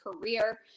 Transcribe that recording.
career